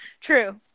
True